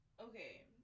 okay